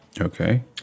Okay